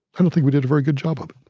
i don't think we did a very good job of it.